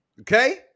Okay